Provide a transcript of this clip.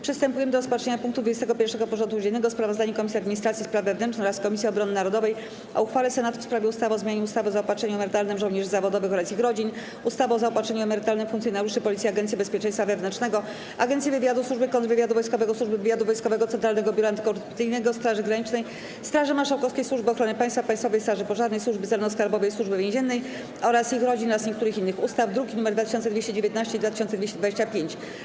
Przystępujemy do rozpatrzenia punktu 21. porządku dziennego: Sprawozdanie Komisji Administracji i Spraw Wewnętrznych oraz Komisji Obrony Narodowej o uchwale Senatu w sprawie ustawy o zmianie ustawy o zaopatrzeniu emerytalnym żołnierzy zawodowych oraz ich rodzin, ustawy o zaopatrzeniu emerytalnym funkcjonariuszy Policji, Agencji Bezpieczeństwa Wewnętrznego, Agencji Wywiadu, Służby Kontrwywiadu Wojskowego, Służby Wywiadu Wojskowego, Centralnego Biura Antykorupcyjnego, Straży Granicznej, Straży Marszałkowskiej, Służby Ochrony Państwa, Państwowej Straży Pożarnej, Służby Celno-Skarbowej i Służby Więziennej oraz ich rodzin oraz niektórych innych ustaw (druki nr 2219 i 2225)